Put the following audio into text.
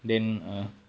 then err